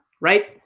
right